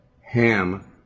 Ham